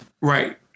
Right